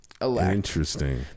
interesting